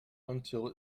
until